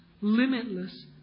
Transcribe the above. limitless